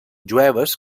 jueves